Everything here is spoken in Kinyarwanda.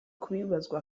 kubibazwa